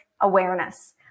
awareness